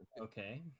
okay